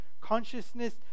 consciousness